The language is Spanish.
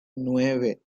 nueve